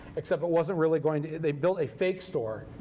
except it wasn't really going to they built a fake store,